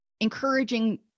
encouraging